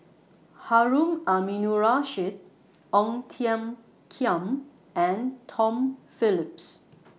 Harun Aminurrashid Ong Tiong Khiam and Tom Phillips